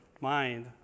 mind